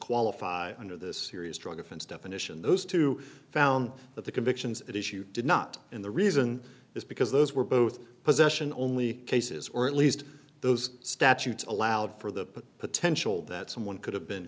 qualify under this serious drug offense definition those two found that the convictions it is you did not and the reason is because those were both possession only cases or at least those statutes allowed for the potential that someone could have been